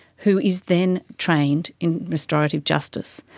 who is then trained in restorative justice.